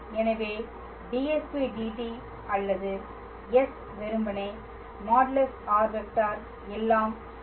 எனவே dsdt அல்லது s வெறுமனே | r | எல்லாம் சரி